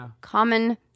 common